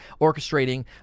orchestrating